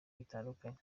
bitandukanye